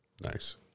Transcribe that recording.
Nice